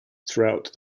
throughout